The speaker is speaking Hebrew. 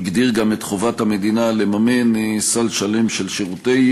הוא הגדיר גם את חובת המדינה לממן סל שלם של שירותי